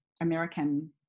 American